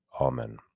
Amen